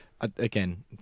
Again